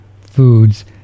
foods